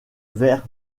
vers